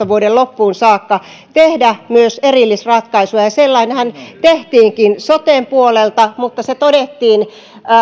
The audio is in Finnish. vuoden kaksituhattakuusitoista loppuun saakka mahdollisuus tehdä myös erillisratkaisuja ja sellainenhan tehtiinkin soten puolelta mutta siitä todettiin